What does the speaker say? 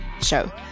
show